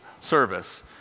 service